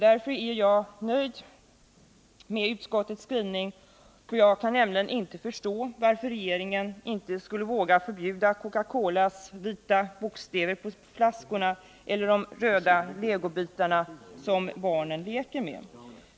Därför är jag nöjd med utskottets skrivning. Jag kan nämligen inte förstå varför regeringen inte vågar förbjuda Coca-Colas vita bokstäver på flaskorna eller de röda legobitar som barnen leker med.